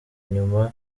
inyuma